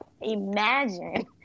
imagine